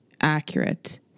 accurate